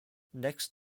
next